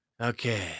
Okay